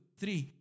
three